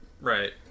Right